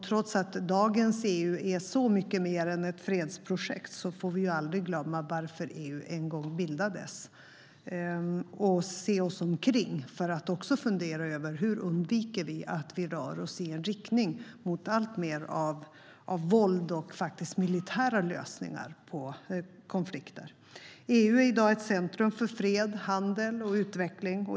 Trots att dagens EU är så mycket mer än ett fredsprojekt får vi aldrig glömma varför EU en gång bildades och se oss omkring för att också fundera över hur vi undviker att röra oss i en riktning mot alltmer av våld och militära lösningar på konflikter. EU är i dag ett centrum för fred, handel och utveckling.